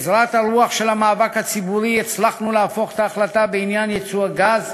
בעזרת רוחו של המאבק הציבורי הצלחנו להפוך את ההחלטה בעניין ייצוא הגז